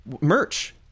merch